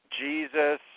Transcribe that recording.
Jesus